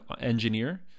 engineer